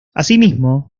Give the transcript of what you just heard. asimismo